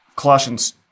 Colossians